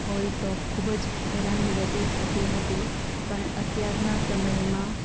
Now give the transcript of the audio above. હોય તો ખૂબજ હેરાનગતિ થતી હતી પણ અત્યારનાં સમયમાં